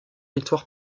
victoire